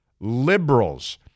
liberals